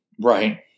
Right